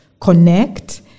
connect